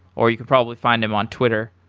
or you could probably find them on twitter.